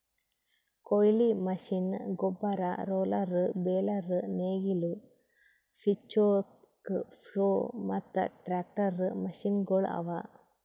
ಕೊಯ್ಲಿ ಮಷೀನ್, ಗೊಬ್ಬರ, roller, baler, ನೇಗಿಲು, ಪಿಚ್ಫೋರ್ಕ್, ಪ್ಲೊ ಮತ್ತ ಟ್ರಾಕ್ಟರ್ ಮಷೀನಗೊಳ್ ಅವಾ